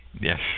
yes